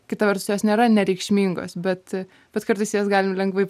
kita vertus jos nėra nereikšmingos bet bet kartais į jas galim lengvai